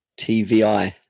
TVI